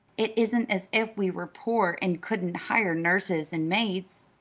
it isn't as if we were poor and couldn't hire nurses and maids.